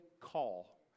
call